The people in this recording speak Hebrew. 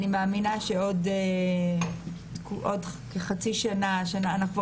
אני מאמינה שעוד כחצי שנה - שנה כבר